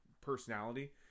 personality